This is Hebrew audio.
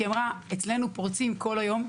כי היא אמרה: אצלנו פורצים כל היום,